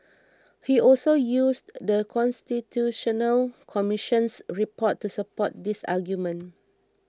he also used The Constitutional Commission's report to support this argument